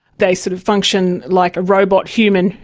they sort of function like a robot human,